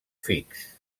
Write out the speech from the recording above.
fix